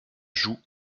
joue